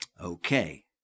Okay